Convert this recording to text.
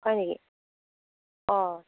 হয় নেকি অ'